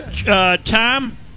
Tom